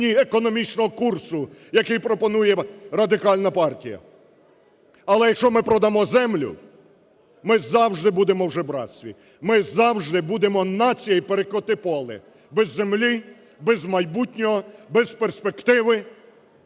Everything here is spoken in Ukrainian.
економічного курсу, який пропонує Радикальна партія. Але, якщо ми продамо землю, ми завжди будемо в жебрацтві, ми завжди будемо нацією "перекотиполе" без землі, без майбутнього, без перспективи